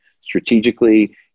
strategically